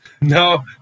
No